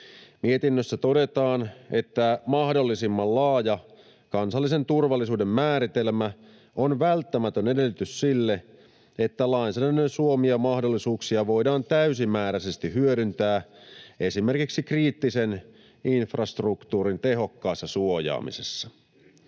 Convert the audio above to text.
Mietinnössä todetaan, että mahdollisimman laaja kansallisen turvallisuuden määritelmä on välttämätön edellytys sille, että lainsäädännön suomia mahdollisuuksia voidaan täysimääräisesti hyödyntää esimerkiksi kriittisen infrastruktuurin tehokkaassa suojaamisessa.